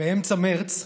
באמצע מרץ,